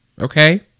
Okay